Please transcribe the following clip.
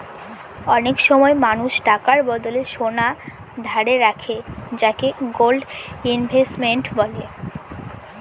অনেক সময় মানুষ টাকার বদলে সোনা ধারে রাখে যাকে গোল্ড ইনভেস্টমেন্ট বলে